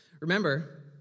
Remember